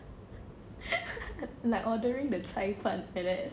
like ordering the 菜饭 like that